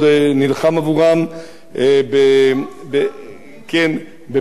פשוט סתם דיבורים ריקים.